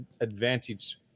advantage